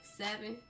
seven